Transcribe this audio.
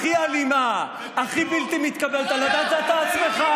הכי אלימה, הכי בלתי מתקבלת על הדעת, זה אתה עצמך.